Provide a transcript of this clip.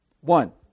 One